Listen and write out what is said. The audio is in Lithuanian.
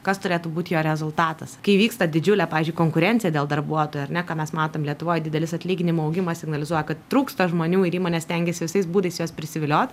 kas turėtų būt jo rezultatas kai vyksta didžiulė pavyzdžiui konkurencija dėl darbuotojų ar ne ką mes matom lietuvoj didelis atlyginimų augimas signalizuoja kad trūksta žmonių ir įmonės stengiasi visais būdais juos prisiviliot